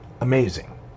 Amazing